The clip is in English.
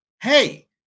Hey